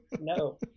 no